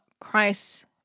Christ